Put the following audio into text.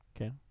okay